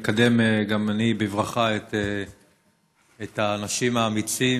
גם אני מקדם בברכה את האנשים האמיצים